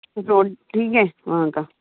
road ठीक है वहाँ की